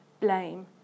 blame